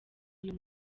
uyu